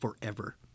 forever